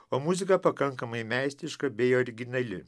o muzika pakankamai meistriška bei originali